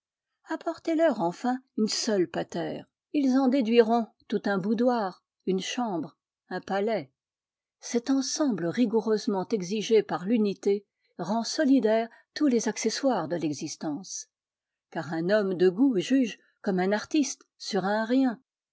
apportez leur enfin une seule patère ils en déduiront tout un boudoir une chambre un palais cet ensemble rigoureusement exigé par l'unité rend solidaires tous les accessoires de l'existence car un homme de goût juge comme un artiste sur un